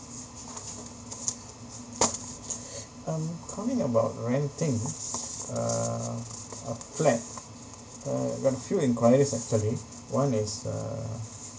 um calling about renting uh a flat I got a few enquiries actually one is uh